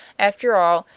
after all,